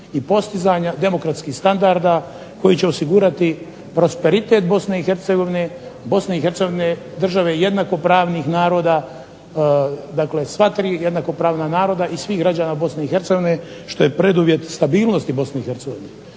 i postizanja demokratskih standarda koji će osigurati prosperitet BiH, BiH države jednakopravnih naroda dakle sva tri jednakopravna naroda i svih građana BiH što je preduvjet stabilnosti BiH. Svima